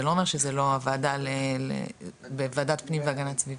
זה לא אומר שזה לא בוועדת פנים והגנת סביבה.